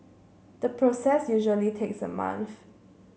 the process usually takes a month